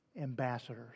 Ambassadors